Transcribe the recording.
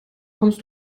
kommst